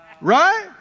Right